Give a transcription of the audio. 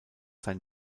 sein